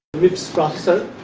mips processor